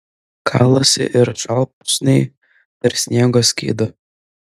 kalasi ir šalpusniai per sniego skydą